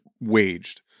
waged